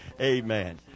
Amen